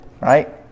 right